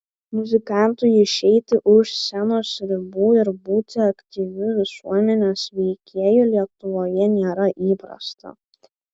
muzikantui išeiti už scenos ribų ir būti aktyviu visuomenės veikėju lietuvoje nėra įprasta